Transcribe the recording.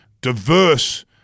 diverse